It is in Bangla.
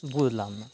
বুঝলাম না